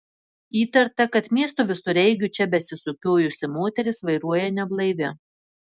įtarta kad miesto visureigiu čia besisukiojusi moteris vairuoja neblaivi